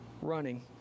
running